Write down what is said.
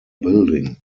building